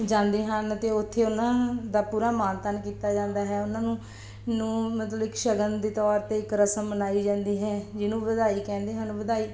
ਜਾਂਦੇ ਹਨ ਅਤੇ ਉੱਥੇ ਉਹਨਾਂ ਦਾ ਪੂਰਾ ਮਾਣ ਤਾਣ ਕੀਤਾ ਜਾਂਦਾ ਹੈ ਉਹਨਾਂ ਨੂੰ ਨੂੰ ਮਤਲਬ ਇੱਕ ਸ਼ਗਨ ਦੇ ਤੌਰ 'ਤੇ ਇੱਕ ਰਸਮ ਮਨਾਈ ਜਾਂਦੀ ਹੈ ਜਿਹਨੂੰ ਵਧਾਈ ਕਹਿੰਦੇ ਹਨ ਵਧਾਈ